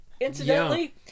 Incidentally